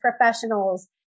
professionals